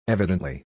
Evidently